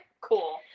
Cool